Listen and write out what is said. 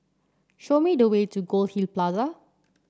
show me the way to Goldhill Plaza